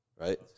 right